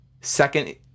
Second